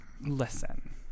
Listen